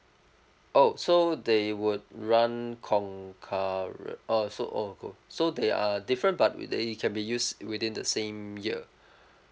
oh so they would run concurrent~ oh so oh so they are different but they can be used within the same year